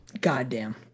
goddamn